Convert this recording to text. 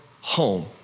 home